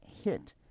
hit